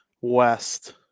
West